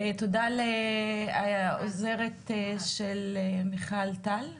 תודה לעוזרת של מיכל, טל,